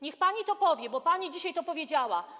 Niech pani to powie, bo pani dzisiaj to powiedziała.